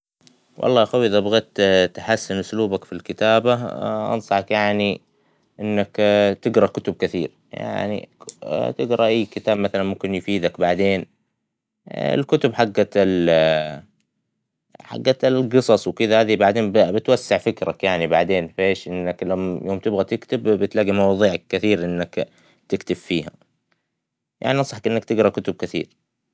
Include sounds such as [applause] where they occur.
والله أخوى إذا بغيت تحسن أسلوبك فى الكتابة، [hesitation] أنصحك يعنى إنك [hesitation] تقرا كتب كثير ، يعنى تقرا أى كتاب مثلا ممكن يفيدك بعدين ، الكتب حقة ال - حقة القصص وكدة هذى بعدين بتوسع فكرك بعدين يعنى فى أش إنك يوم ما تبغى تكتب بتلاقى مواظيع كثير إنك تكتب فيها ، يعنى أنصحك إنك تقرا كتب كثيرة.